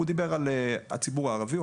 הוא דיבר על הציבור הערבי.